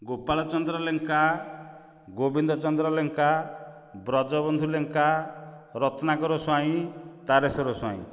Gopalchandra Lenka Gobindachandra Lenka Brajabandhu Lenka Ratnakar Swain Tareswar Swain